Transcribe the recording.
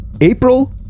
April